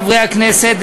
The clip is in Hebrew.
חברי הכנסת,